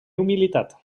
humilitat